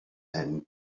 and